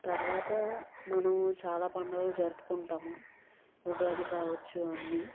తర్వాతా మనం చాలా పండగలు జరుపుకుంటాము ఉగాది కావచ్చు అన్నీ